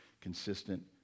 consistent